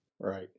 Right